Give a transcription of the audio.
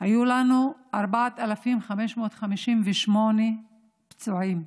והיו לנו 4,558 פצועים.